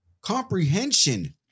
comprehension